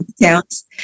accounts